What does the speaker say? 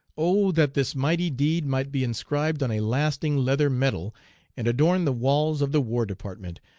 oh, that this mighty deed might be inscribed on a lasting leather medal and adorn the walls of the war department,